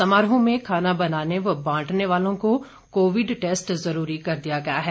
समारोह में खाना बनाने व बांटने वालों को कोविड टैस्ट जरूरी कर दिया गया है